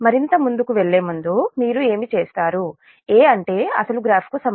మరింత ముందుకు వెళ్ళే ముందు మీరు ఏమి చేస్తారు A అంటే అసలు గ్రాఫ్ కు సమానం